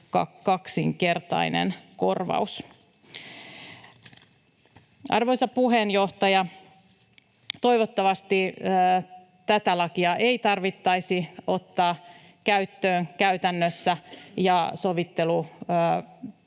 kaksinkertainen korvaus. Arvoisa puheenjohtaja! Toivottavasti tätä lakia ei tarvitsisi ottaa käyttöön käytännössä ja sovittelukeinoin